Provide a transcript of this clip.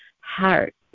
heart